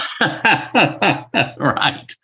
Right